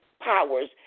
powers